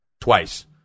twice